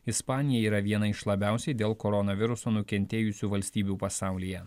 ispanija yra viena iš labiausiai dėl koronaviruso nukentėjusių valstybių pasaulyje